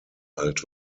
alt